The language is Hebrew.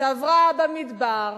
שעברה במדבר.